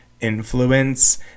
influence